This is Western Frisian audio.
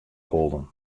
holden